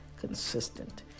consistent